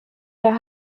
der